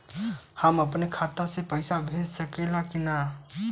हम अपने खाता से कोई के पैसा भेज सकी ला की ना?